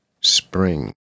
spring